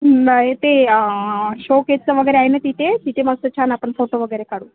नाही ते शोकेसचं वगैरे आहे ना तिथे तिथे मस्त छान आपण फोटो वगैरे काढू